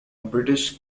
british